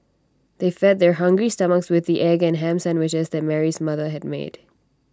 they fed their hungry stomachs with the egg and Ham Sandwiches that Mary's mother had made